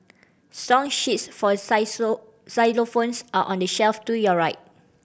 song sheets for xylophones are on the shelf to your right